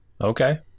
Okay